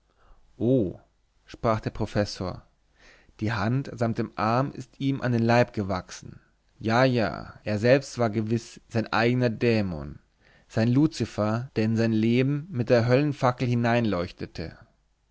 sprach der professor die hand samt dem arm ist ihm an den leib gewachsen ja ja er selbst war gewiß sein eigner dämon sein luzifer der in sein leben mit der